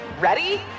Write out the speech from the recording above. Ready